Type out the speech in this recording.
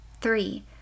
Three